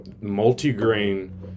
multi-grain